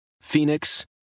Phoenix